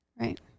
Right